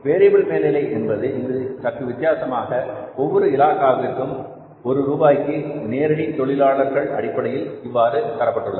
variable மேல்நிலை என்பது இங்கு சற்று வித்தியாசமாக ஒவ்வொரு இலாகாவிற்கும் ஒரு ரூபாய்க்கு நேரடி தொழிலாளர்கள் அடிப்படையில் இவ்வாறு தரப்பட்டுள்ளது